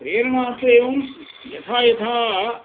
प्रेरणा तु एवं यथा यथा